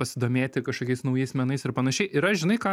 pasidomėti kažkokiais naujais menais ir panašiai ir aš žinai ką